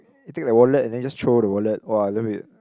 you take the wallet and then you just throw the wallet [wah] love it